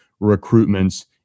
recruitments